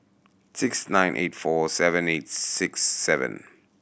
six nine eight four seven eight six seven